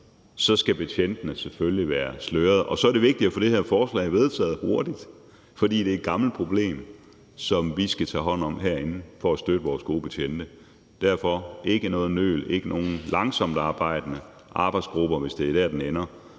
skal betjentene selvfølgelig være slørede. Og så er det vigtigt at få det her forslag vedtaget hurtigt, for det er et gammelt problem, som vi skal tage hånd om herinde for at støtte vores gode betjente. Derfor skal der ikke være noget nøl og ikke nogen langsomt arbejdende arbejdsgruppe, hvis det er der, den ender.